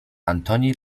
antoni